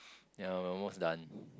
ya almost done